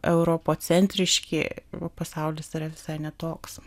europocentriški o pasaulis yra visai ne toks